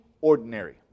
ordinary